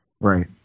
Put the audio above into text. Right